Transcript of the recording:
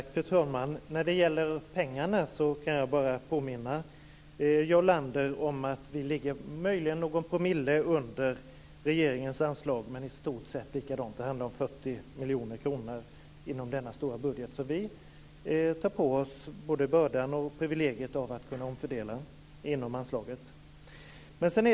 Fru talman! När det gäller pengarna kan jag bara påminna Jarl Lander om att vi ligger någon promille under regeringens anslag, men i stort sett på samma nivå. Det handlar om 40 miljoner kronor inom denna stora budget. Vi tar på oss både bördan och privilegiet att kunna omfördela inom anslaget.